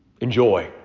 enjoy